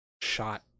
shot